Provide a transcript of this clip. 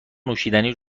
نوشیدنی